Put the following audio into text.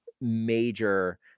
major